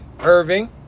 Irving